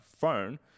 phone